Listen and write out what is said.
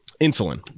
insulin